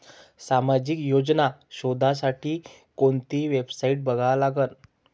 सामाजिक योजना शोधासाठी कोंती वेबसाईट बघा लागन?